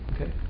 okay